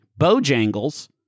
bojangles